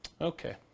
Okay